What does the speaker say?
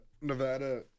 Nevada